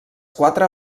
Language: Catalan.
quatre